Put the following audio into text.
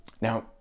Now